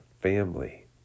family